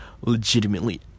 Legitimately